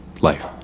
life